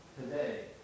today